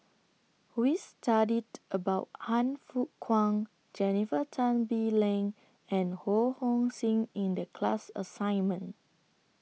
We studied about Han Fook Kwang Jennifer Tan Bee Leng and Ho Hong Sing in The class assignment